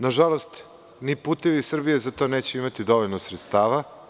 Nažalost, ni „Putevi Srbije“ za to neće imati dovoljno sredstava.